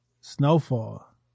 Snowfall